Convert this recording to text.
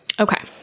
Okay